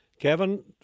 Kevin